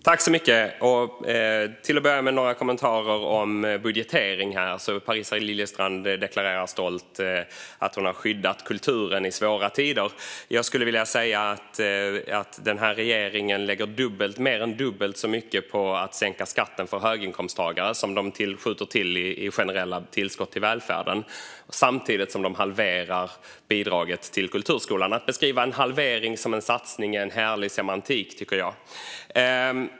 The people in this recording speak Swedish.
Fru talman! Låt mig till att börja kommentera budgetering. Parisa Liljestrand deklarerar stolt att hon har skyddat kulturen i svåra tider. Jag skulle vilja säga att den här regeringen lägger mer än dubbelt så mycket på att sänka skatten för höginkomsttagare som de skjuter till i generella tillskott till välfärden. Samtidigt halverar de bidraget till kulturskolan. Att beskriva en halvering som en satsning är en härlig semantik.